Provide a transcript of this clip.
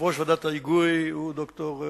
יושב-ראש ועדת ההיגוי הוא ד"ר,